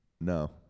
No